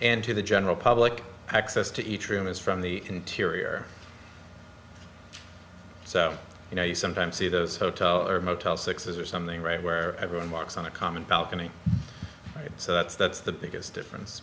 and to the general public access to each room is from the interior so you know you sometimes see the hotel or motel six s or something right where everyone walks on a common balcony so that's that's the biggest difference